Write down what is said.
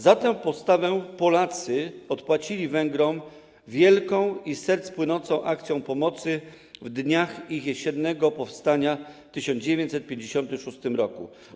Za tę postawę Polacy odpłacili Węgrom wielką i z serc płynącą akcją pomocy w dniach ich jesiennego powstania w 1956 r.